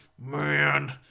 man